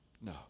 No